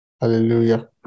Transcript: Hallelujah